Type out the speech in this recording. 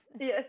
yes